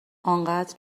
انقدر